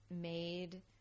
made